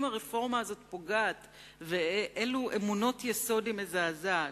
הרפורמה הזאת פוגעת ואילו אמונות יסוד היא מזעזעת.